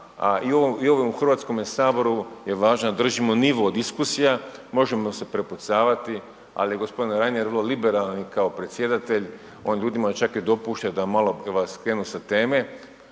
u ovome Hrvatskome saboru je važno da držimo nivo diskusija možemo se prepucavati, ali g. Reiner .../nerazumljivo/... liberalan i kao predsjedatelj, on ljudima čak i dopušta da malo vas skrenu sa teme,